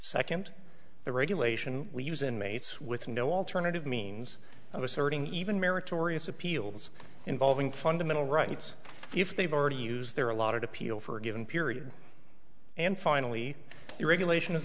second the regulation we use inmates with no alternative means of asserting even meritorious appeals involving fundamental rights if they've already used their allotted appeal for a given period and finally the regulation is